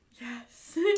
Yes